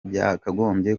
byakagombye